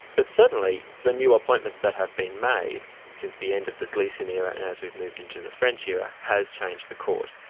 but certainly the new appointments that have been made since the end of the gleeson era and as we've moved into the french era has changed the court,